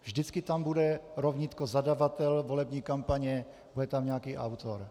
Vždycky tam bude rovnítko zadavatel volební kampaně, bude tam nějaký autor.